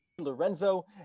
Lorenzo